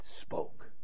spoke